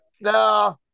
no